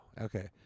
Okay